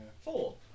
Four